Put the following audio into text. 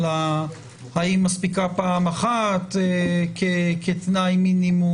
האם מספיקה פעם אחת כתנאי מינימום,